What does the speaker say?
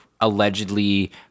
allegedly